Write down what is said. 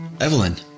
Evelyn